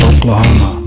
Oklahoma